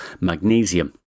magnesium